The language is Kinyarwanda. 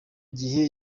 gihe